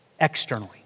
externally